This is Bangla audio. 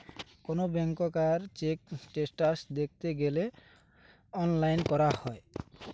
কোন ব্যাংকার চেক স্টেটাস দ্যাখতে গ্যালে অনলাইন করা যায়